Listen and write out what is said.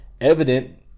evident